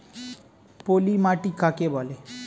পলি মাটি কাকে বলে?